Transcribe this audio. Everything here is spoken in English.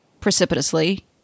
precipitously